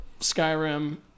skyrim